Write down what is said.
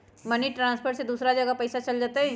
Money transfer से दूसरा जगह पईसा चलतई?